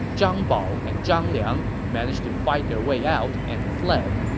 zhang bao and zhang liang managed to fight their way out and fled.